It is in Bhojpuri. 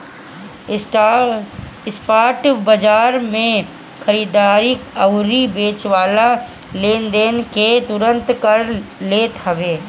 स्पॉट बाजार में खरीददार अउरी बेचेवाला लेनदेन के तुरंते कर लेत हवे